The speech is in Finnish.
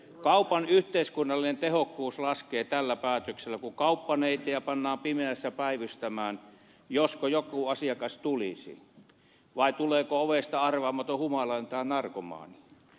kaupan yhteiskunnallinen tehokkuus laskee tällä päätöksellä kun kauppaneitejä pannaan pimeässä päivystämään josko joku asiakas tulisi vai tuleeko ovesta arvaamaton humalainen tai narkomaani